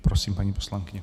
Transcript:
Prosím, paní poslankyně.